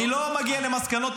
אני לא מגיע למסקנות,